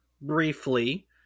briefly